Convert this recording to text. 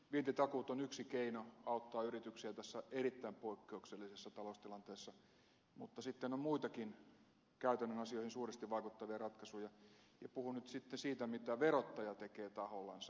vientitakuut on yksi keino auttaa yrityksiä tässä erittäin poikkeuksellisessa taloustilanteessa mutta sitten on muitakin käytännön asioihin suuresti vaikuttavia ratkaisuja ja puhun nyt siitä sitten mitä verottaja tekee tahollansa